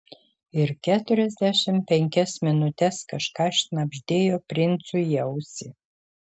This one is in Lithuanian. ir keturiasdešimt penkias minutes kažką šnabždėjo princui į ausį